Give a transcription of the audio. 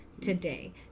today